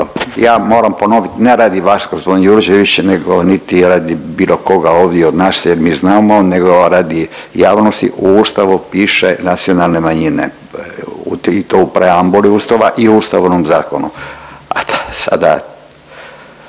ja moram ponovit ne radi vas g. Jurčević niti radi bilo koga ovdje od nas jer mi znamo nego radi javnosti u Ustavu piše nacionalne manjine i to u preambuli Ustava i ustavnom zakonu.